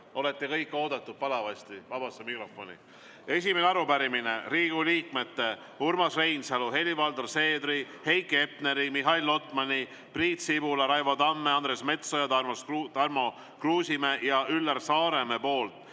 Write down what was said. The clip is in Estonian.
Olete kõik palavasti vabasse mikrofoni oodatud. Esimene arupärimine, Riigikogu liikmete Urmas Reinsalu, Helir-Valdor Seederi, Heiki Hepneri, Mihhail Lotmani, Priit Sibula, Raivo Tamme, Andres Metsoja, Tarmo Kruusimäe ja Üllar Saaremäe 9.